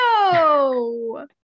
no